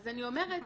זה לא מה שאמרתי.